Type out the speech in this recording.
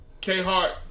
K-Hart